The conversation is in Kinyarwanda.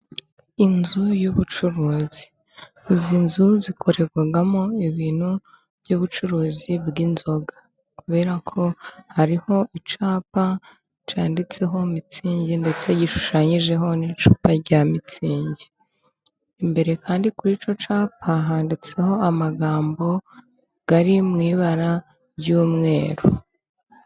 Inzu y'ubucuruzi. Izi nzu zikorerwamo ibintu by'ubucuruzi bw'inzoga. Kubera ko hariho icyapa cyanditseho mitsingi ndetse gishushanyijeho n'icupa rya mitsingi. Imbere kandi kuri icyo cyapa, handitseho amagambo ari mu ibara ry'umweru.